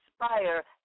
inspire